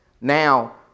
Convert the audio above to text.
Now